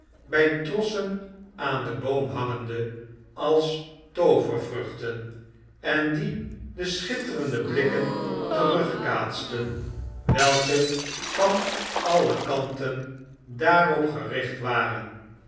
by trossen aan den boom hangende als toovervruchten en die de schitterende blikken terugkaatsten welke van alle kanten daarop gericht waren